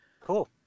Cool